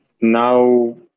now